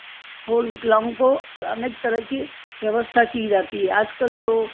और विकलांगों को अनेक तरह की व्यवस्था की जाती है आज कल जो